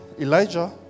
Elijah